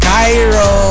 Cairo